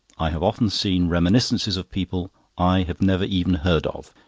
i have often seen reminiscences of people i have never even heard of,